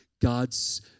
God's